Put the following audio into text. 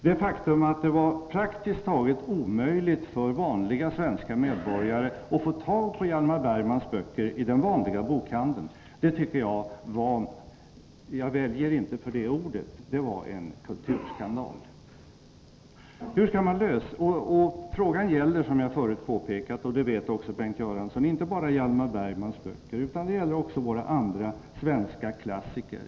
Det faktum att det är praktiskt taget omöjligt för vanliga svenska medborgare att få tag i Hjalmar Bergmans böcker i den vanliga bokhandeln tycker jag — jag väjer inte för ordet — är en kulturskandal. Det gäller, som jag förut påpekat — och det vet också Bengt Göransson — inte bara Hjalmar Bergmans böcker, utan också våra andra svenska klassiker.